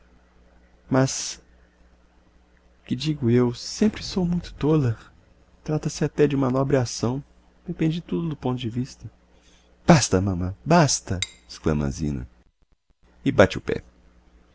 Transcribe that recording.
mas que digo eu sempre sou muita tola trata-se até de uma nobre acção depende tudo do ponto de vista basta mamã basta exclama a zina e bate o pé